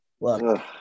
look